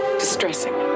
distressing